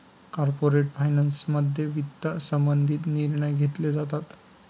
corporate फायनान्समध्ये वित्त संबंधित निर्णय घेतले जातात